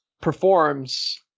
performs